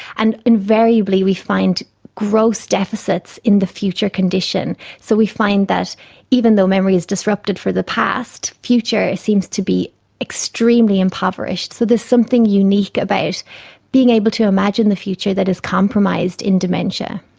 and invariably we find gross deficits in the future condition, so we find that even though memory is disrupted for the past, future seems to be extremely impoverished. so there's something unique about being able to imagine the future that is compromised in dementia.